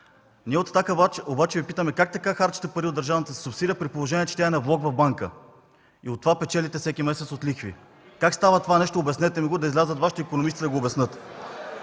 Ние от „Атака” обаче Ви питаме: как така харчите пари от държавната си субсидия, при положение че тя е на влог в банка и от това печелите всеки месец – от лихви? Как става това нещо – да излязат Вашите икономисти да го обяснят?